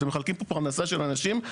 אתם מחלקים פה פרנסה של אנשים.